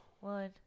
One